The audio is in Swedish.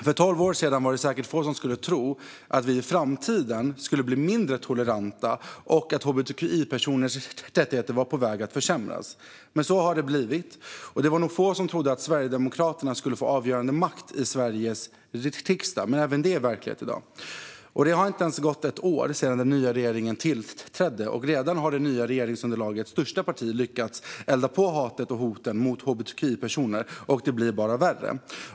För tolv år sedan var det säkert få som trodde att vi i framtiden skulle bli mindre toleranta och att hbtqi-personers rättigheter var på väg att försämras. Men så har det blivit. Och det var nog få som trodde att Sverigedemokraterna skulle få avgörande makt i Sveriges riksdag, men även detta är verklighet i dag. Det har inte ens gått ett år sedan den nya regeringen tillträdde, men redan har det nya regeringsunderlagets största parti lyckats elda på hatet och hoten mot hbtqi-personer. Och det blir bara värre.